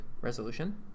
resolution